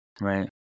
Right